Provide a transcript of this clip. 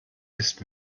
ist